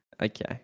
Okay